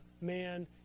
man